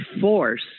force